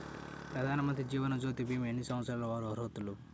ప్రధానమంత్రి జీవనజ్యోతి భీమా ఎన్ని సంవత్సరాల వారు అర్హులు?